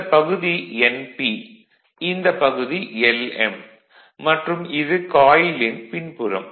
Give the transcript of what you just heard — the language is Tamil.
இந்தப் பகுதி n p இந்தப் பகுதி l m மற்றும் இது காயிலின் பின்புறம்